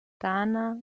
dana